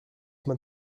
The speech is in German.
man